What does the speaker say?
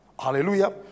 Hallelujah